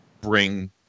bring